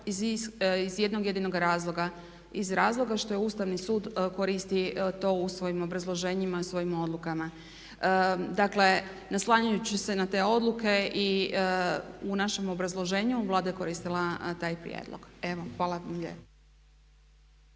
iz jednog jedinog razloga, iz razloga što je Ustavni sud koristi to u svojim obrazloženjima, u svojim odlukama. Dakle, naslanjajući se na te odluke i u našem obrazloženju Vlada je koristila taj prijedlog. Evo hvala lijepo.